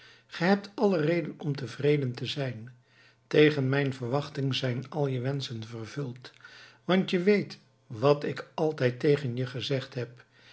ge hebt alle reden om tevreden te zijn tegen mijn verwachting zijn al je wenschen vervuld want je weet wat ik altijd tegen je gezegd heb